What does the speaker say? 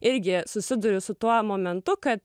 irgi susiduriu su tuo momentu kad